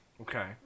Okay